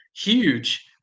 Huge